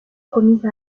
promise